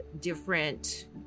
different